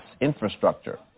infrastructure